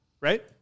right